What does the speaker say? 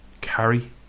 carry